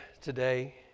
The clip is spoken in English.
today